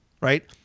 right